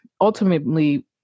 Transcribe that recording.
Ultimately